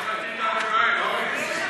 לא BBC. יש שם דמוקרטיה, אדוני.